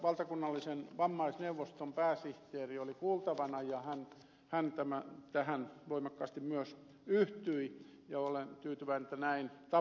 valtakunnallisen vammaisneuvoston pääsihteeri oli kuultavana ja hän myös yhtyi tähän voimakkaasti ja olen tyytyväinen että näin tapahtui